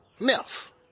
meth